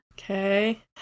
okay